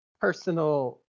personal